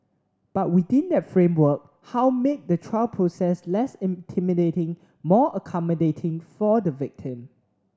but within that framework how make the trial process less intimidating more accommodating for the victim